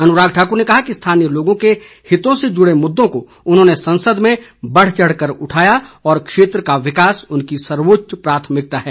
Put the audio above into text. अनुराग ठाकुर ने कहा कि स्थानीय लोगों के हितों से जुड़े मुद्दों को उन्होंने संसद में बढ़ चढ़ कर उठाया और क्षेत्र का विकास उनकी सर्वोच्च प्राथमिकता है